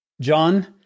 John